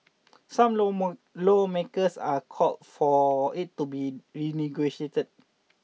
some lawmakers are called for it to be renegotiated